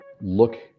look